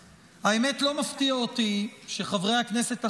האמת, לא מפתיע אותי שחברי הכנסת החרדים,